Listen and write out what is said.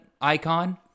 icon